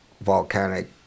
volcanic